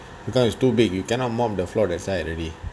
because it's too big you cannot mop the floor that side already